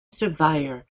surveyor